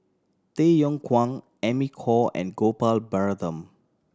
Tay Yong Kwang Amy Khor and Gopal Baratham